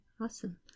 Awesome